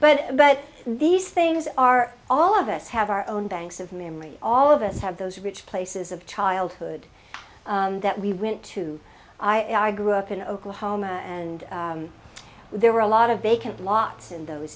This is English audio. but but these things are all of us have our own banks of memory all of us have those rich places of childhood that we went to i grew up in oklahoma and there were a lot of vacant lots in those